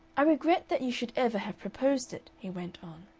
i regret that you should ever have proposed it, he went on.